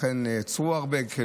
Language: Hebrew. לכן נעצרו הרבה.